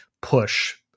push